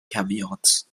caveats